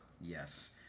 Yes